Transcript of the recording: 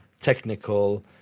technical